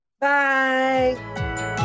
Bye